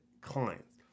clients